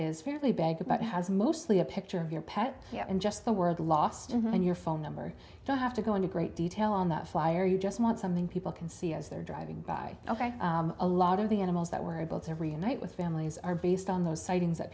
is fairly big about has mostly a picture of your pet and just the word lost and your phone number don't have to go into great detail on that flyer you just want something people can see as they're driving by ok a lot of the animals that were able to reunite with families are based on those sightings that